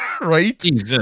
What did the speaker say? Right